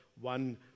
one